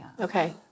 Okay